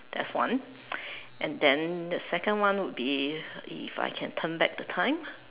that's one and then the second one would be if I can turn back the time